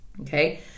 Okay